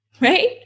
right